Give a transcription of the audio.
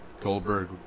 Goldberg